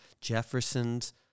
Jefferson's